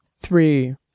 three